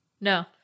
No